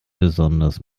besonders